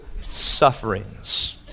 sufferings